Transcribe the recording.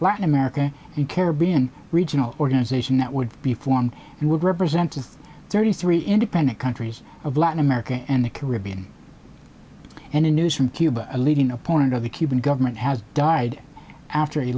latin america and caribbean regional organization that would be formed and would represent just thirty three independent countries of latin america and the caribbean and in news from cuba a leading opponent of the cuban government has died after